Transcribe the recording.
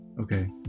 Okay